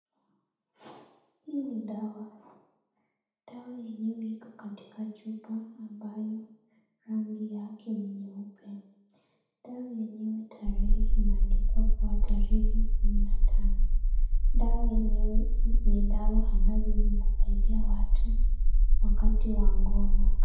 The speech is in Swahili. Hii ni dawa, dawa yenyewe iko katika chupa ambayo rangi yake ni nyeupe ,dawa yenyewe tarehe imeandikwa kwa tarehe kumi na tano ,dawa yenyewe ni dawa ambazo zinasaidia watu wakati wa ngono.